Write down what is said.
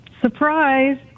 Surprise